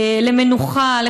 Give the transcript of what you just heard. למנוחה,